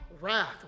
wrath